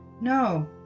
No